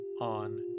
on